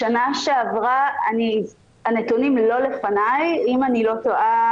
בשנה שעברה, הנתונים לא לפניי, אם אני לא טועה